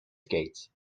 skates